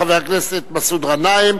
חבר הכנסת מסעוד גנאים,